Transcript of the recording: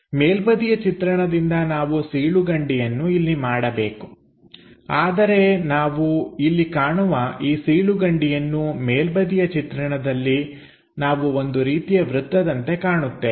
ಮೇಲ್ಬದಿಯ ಚಿತ್ರಣದಿಂದ ನಾವು ಸೀಳುಕಂಡಿಯನ್ನು ಇಲ್ಲಿ ಮಾಡಬೇಕು ಆದರೆ ನಾವು ಇಲ್ಲಿ ಕಾಣುವ ಈ ಸೀಳುಗಂಡಿಯನ್ನು ಮೇಲ್ಬದಿಯ ಚಿತ್ರಣದಲ್ಲಿ ನಾವು ಒಂದು ರೀತಿಯ ವೃತ್ತದಂತೆ ಕಾಣುತ್ತೇವೆ